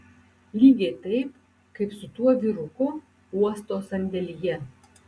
lygiai taip kaip su tuo vyruku uosto sandėlyje